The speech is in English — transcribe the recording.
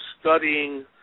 studying